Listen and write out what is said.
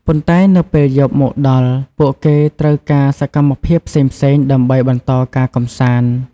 ប៉ុន្តែនៅពេលយប់មកដល់ ពួកគេត្រូវការសកម្មភាពផ្សេងៗដើម្បីបន្តការកម្សាន្ត។